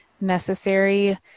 necessary